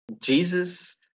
Jesus